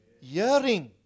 hearing